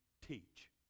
teach